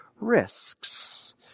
risks